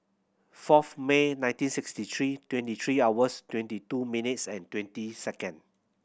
fourth May nineteen sixty three twenty three hours twenty two minutes and twenty second